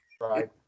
Right